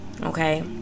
okay